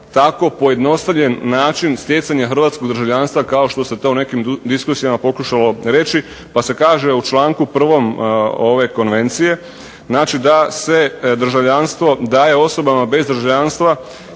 tako pojednostavljen način stjecanja hrvatskog državljanstva kao što se to u nekim diskusijama pokušalo reći. Pa se kaže u članku 1. ove konvencije znači da se državljanstvo daje osobama bez državljanstva